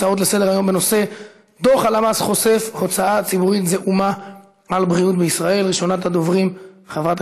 הצעות לסדר-היום מס' 8116, 8120, 8121, 8125